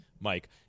mike